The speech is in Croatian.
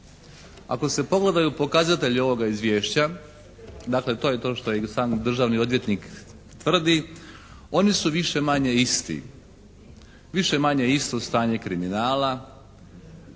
Ako se pogledaju pokazatelji ovoga Izvješća, dakle to je to što i sam državni odvjetnik tvrdi, oni su više-manje isti, više-manje isto stanje kriminala,